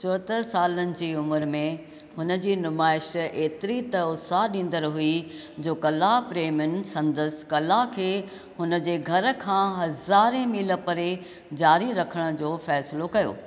चोहतरि सालनि जी उमरि में हुन जी नुमाइश एतिरी त उत्साह ॾींदड़ हुई जो कला प्रेमियुनि संदसि कला खे हुन जे घर खां हज़ारे मील परे जारी रखण जो फ़ैसलो कयो